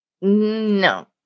No